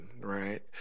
right